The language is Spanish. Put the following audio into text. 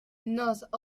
nos